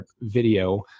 video